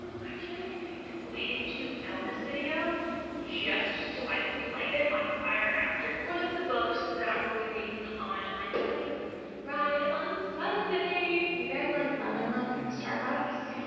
can't i think. waiting to film this video just so i could light it on fire after. one of the books that i will be reading on my plane ride on sunday. you guys like lemon loaf from starbucks.